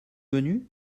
venu